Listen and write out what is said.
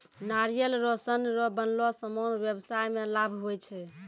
नारियल रो सन रो बनलो समान व्याबसाय मे लाभ हुवै छै